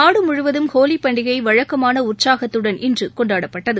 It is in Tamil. நாடு முழுவதும் ஹோலிபண்டிகை வழக்கமான உற்சாகத்துடன் இன்று கொண்டாடப்பட்டது